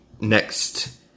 next